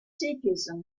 sikhism